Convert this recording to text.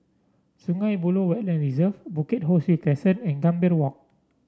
Sungei Buloh Wetland Reserve Bukit Ho Swee Crescent and Gambir Walk